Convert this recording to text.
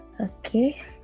okay